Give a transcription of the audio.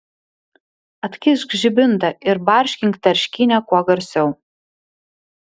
atkišk žibintą ir barškink tarškynę kuo garsiau